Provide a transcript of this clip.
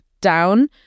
down